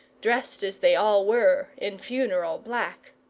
dressed as they all were in funereal black.